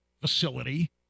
facility